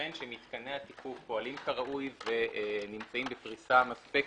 וכן שמתקני התיקוף פועלים כראוי ונמצאים בפריסה מספקת,